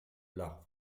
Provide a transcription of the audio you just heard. l’art